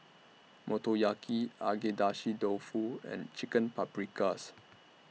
Motoyaki Agedashi Dofu and Chicken Paprikas